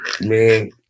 Man